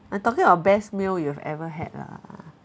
I'm talking about best meal you've ever had lah